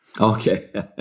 Okay